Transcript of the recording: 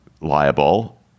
liable